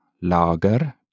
Lager